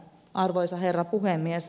arvoisa herra puhemies